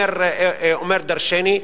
אומרים דורשני.